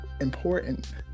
important